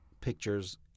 pictures